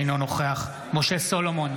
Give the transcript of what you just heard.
אינו נוכח משה סולומון,